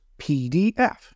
PDF